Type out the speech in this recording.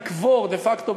ויקבור דה-פקטו,